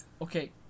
Okay